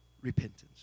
repentance